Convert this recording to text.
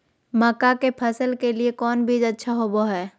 मक्का के फसल के लिए कौन बीज अच्छा होबो हाय?